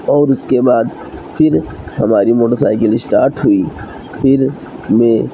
اور اس کے بعد پھر ہماری موٹر سائیکل اسٹارٹ ہوئی پھر میں